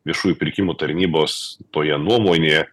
viešųjų pirkimų tarnybos toje nuomonėje